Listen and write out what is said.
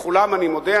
לכולם אני מודה.